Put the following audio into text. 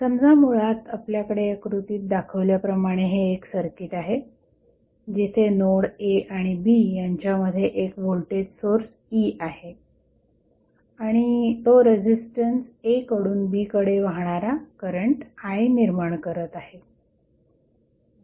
समजा मुळात आपल्याकडे आकृतीत दाखवल्याप्रमाणे हे एक सर्किट आहे जिथे नोड a आणि b यांच्यामध्ये एक व्होल्टेज सोर्स E आहे आणि तो रेझिस्टन्स a कडून b कडे वाहणारा करंट I निर्माण करत आहे